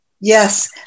Yes